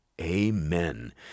Amen